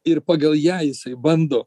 ir pagal ją jisai bando